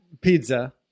pizza